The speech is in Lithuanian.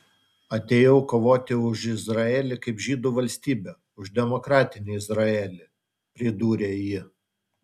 atėjau kovoti už izraelį kaip žydų valstybę už demokratinį izraelį pridūrė ji